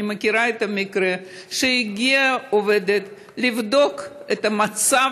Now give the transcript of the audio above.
אני מכירה מקרה שהגיעה עובדת לבדוק את המצב